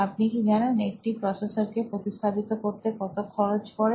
আপনি কি জানেন একটি প্রসেসরকে প্রতিস্থাপিত করতে কত খরচ পড়ে